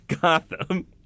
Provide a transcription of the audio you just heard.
Gotham